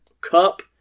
Cup